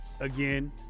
again